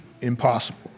impossible